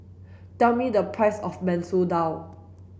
tell me the price of Masoor Dal